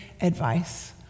advice